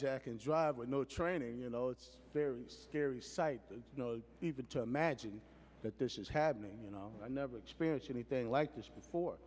jack and drive with no training you know it's very scary sight even to imagine that this is happening you know i never experienced anything like this before